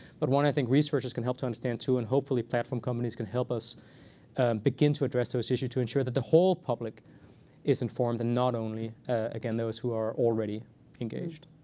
but one i think researchers can help to understand, too. and hopefully, platform companies can help us begin to address those issues to ensure that the whole public is informed and not only, again, those who are already engaged.